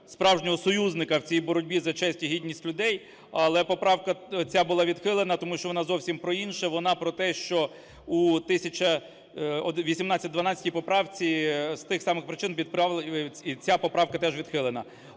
справжнього союзника в цій боротьбі за честь і гідність людей, але поправка ця була відхилена, тому що вона зовсім про інше. Вона про те, що у тисяча… 1812-й поправці з тих самих причин відправлена… і ця поправка теж відхилена.